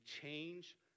change